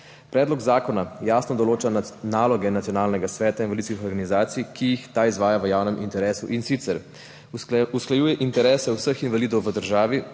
Predlog zakona jasno določa naloge Nacionalnega sveta invalidskih organizacij, ki jih ta izvaja v javnem interesu, in sicer usklajuje interese vseh invalidov v državi